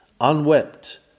unwept